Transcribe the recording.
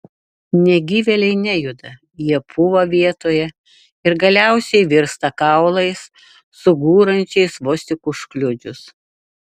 negyvėliai nejuda jie pūva vietoje ir galiausiai virsta kaulais sugūrančiais vos tik užkliudžius